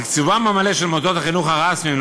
תקצובם המלא של מוסדות החינוך הרשמיים,